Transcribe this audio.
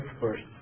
first